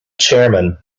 chairman